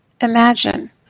imagine